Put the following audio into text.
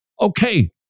Okay